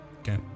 Okay